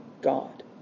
God